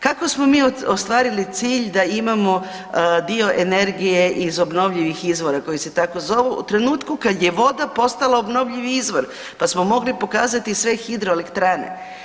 Kako smo mi ostvarili cilj da imamo dio energije iz obnovljivih izvora koji se tako zovu u trenutku kad je voda postala obnovljivi izvor pa smo mogli pokazati sve hidroelektrane?